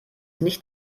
nicht